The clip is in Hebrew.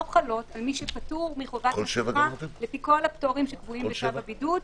לא חלות על מי שפטור לפי כל הפטורים בצו הבידוד,